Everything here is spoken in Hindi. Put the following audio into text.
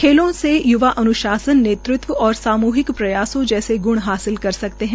खेलों से युवा अन्शासन नेतृत्व और साम्हिक प्रयासों जैसे ग्ण हासिल कर सकते हैं